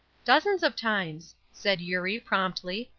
dozens of times, said eurie, promptly.